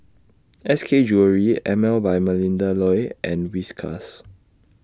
S K Jewellery Emel By Melinda Looi and Whiskas